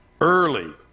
early